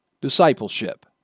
discipleship